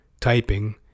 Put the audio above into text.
typing